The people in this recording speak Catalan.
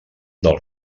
dels